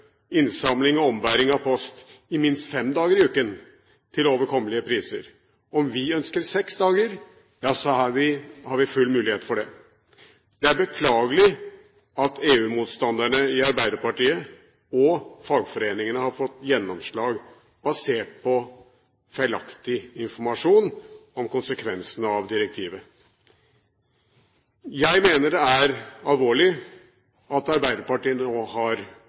innsamling og ombæring av post minst fem dager i uken til overkommelige priser. Om vi ønsker seks dager, har vi full mulighet til det. Det er beklagelig at EU-motstanderne i Arbeiderpartiet og fagforeningene har fått gjennomslag basert på feilaktig informasjon om konsekvensene av direktivet. Jeg mener det er alvorlig at Arbeiderpartiet nå har